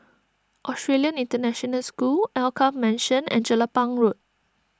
Australian International School Alkaff Mansion and Jelapang Road